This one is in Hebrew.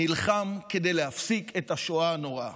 נלחם כדי להפסיק את השואה הנוראה.